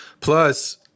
Plus